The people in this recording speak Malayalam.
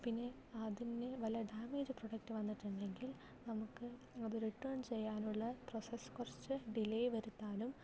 പിന്നെ അതിന് വല്ല ഡാമേജ് പ്രൊഡക്ട് വന്നിട്ടുണ്ടെങ്കിൽ നമുക്ക് അത് റിട്ടേൺ ചെയ്യാനുള്ള പ്രോസസ്സ് കുറച്ച് ഡിലേ വരുത്താനും